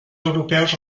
europeus